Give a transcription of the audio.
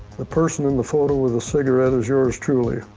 the person in the photo with the cigarette is yours truly.